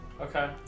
Okay